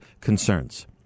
concerns